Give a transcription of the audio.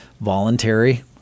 voluntary